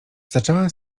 zacząłem